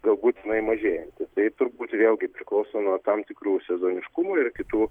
galbūt jinai mažėjanti tai turbūt vėlgi priklauso nuo tam tikrų sezoniškumo ir kitų